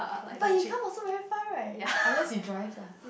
but he come also very far right unless he drives lah